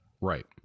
right